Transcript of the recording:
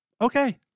Okay